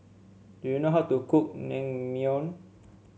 do you know how to cook Naengmyeon